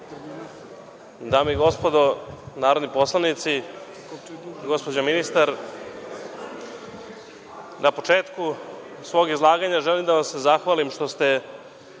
Dame i gospodo narodni poslanici, gospođo ministar, na početku svog izlaganja želim da vam se zahvalim što ste